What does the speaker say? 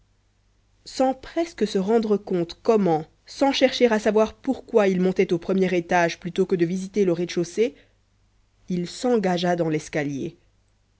sans presque se rendre compte comment sans chercher à savoir pourquoi il montait au premier étage plutôt que de visiter le rez-de-chaussée il s'engagea dans l'escalier